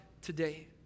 today